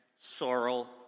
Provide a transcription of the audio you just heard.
sorrel